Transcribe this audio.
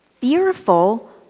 fearful